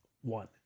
one